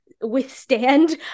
withstand